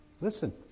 Listen